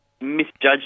misjudged